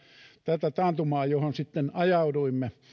tätä taantumaa johon sitten ajauduimme